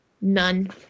none